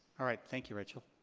alright, thank you, rachel.